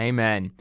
Amen